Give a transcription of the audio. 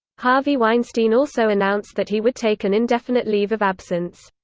harvey weinstein also announced that he would take an indefinite leave of absence.